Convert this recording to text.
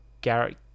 Garrett